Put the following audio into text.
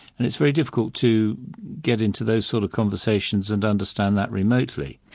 and it's very difficult to get into those sort of conversations and understand that, remotely.